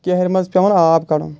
کِہرٕ منٛز پیٚوان آب کَڑُن